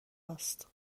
است